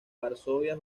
varsovia